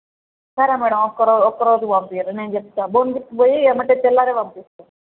సరే మ్యాడమ్ ఒక్కరో ఒకరోజుకి పంపించండి నేను చెప్తాను భువనగిరికి పోయి ఎంబటే తెల్లారి పంపిస్తాను